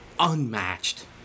unmatched